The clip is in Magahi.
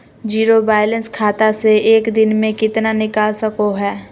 जीरो बायलैंस खाता से एक दिन में कितना निकाल सको है?